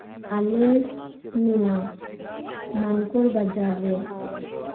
ᱟᱞᱮ ᱱᱚᱣᱟ ᱢᱟᱱᱠᱚᱲ ᱵᱟᱡᱟᱨ ᱨᱮ